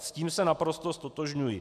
S tím se naprosto ztotožňuji.